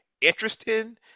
interesting